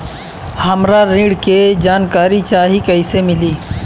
हमरा ऋण के जानकारी चाही कइसे मिली?